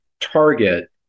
target